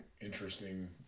interesting